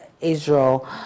Israel